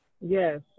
Yes